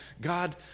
God